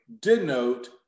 denote